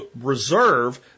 reserve